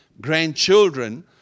grandchildren